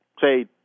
say